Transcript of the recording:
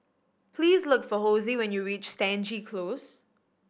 please look for Hosie when you reach Stangee Close